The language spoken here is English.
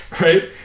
right